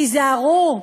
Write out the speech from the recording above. תיזהרו,